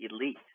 elite